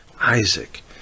Isaac